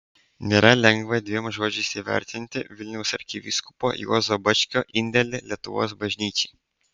nėra lengva dviem žodžiais įvertinti vilniaus arkivyskupo juozo bačkio indėlį lietuvos bažnyčiai